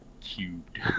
cubed